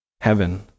heaven